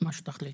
מה שתחליט.